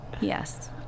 Yes